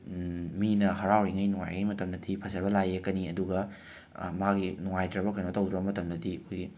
ꯃꯤꯅ ꯍꯔꯥꯎꯔꯤꯉꯩ ꯅꯨꯡꯉꯥꯏꯔꯤꯉꯩ ꯃꯇꯝꯗꯗꯤ ꯐꯖꯕ ꯂꯥꯏ ꯌꯦꯛꯀꯅꯤ ꯑꯗꯨꯒ ꯃꯥꯒꯤ ꯅꯨꯡꯉꯥꯏꯇ꯭ꯔꯕ ꯀꯅꯣ ꯇꯧꯗ꯭ꯔ ꯃꯇꯝꯗꯗꯤ ꯑꯩꯈꯣꯏꯒꯤ